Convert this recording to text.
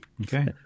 Okay